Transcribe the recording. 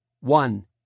one